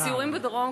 בסיורים בדרום,